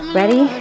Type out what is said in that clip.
ready